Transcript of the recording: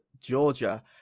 Georgia